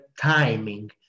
timing